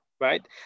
right